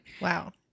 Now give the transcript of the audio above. Wow